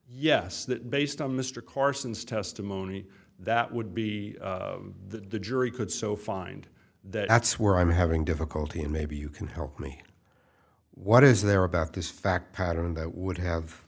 yes that based on mr carson's testimony that would be the jury could so find that's where i'm having difficulty and maybe you can help me what is there about this fact pattern that would have